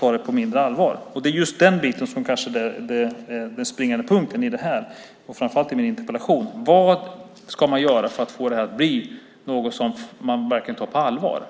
ta det på mindre allvar. Det är just den biten som kanske är den springande punkten i det här, framför allt i min interpellation. Vad ska man göra för att få det här att bli något som man verkligen tar på allvar?